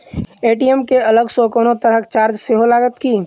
ATM केँ अलग सँ कोनो तरहक चार्ज सेहो लागत की?